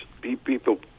people